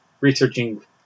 researching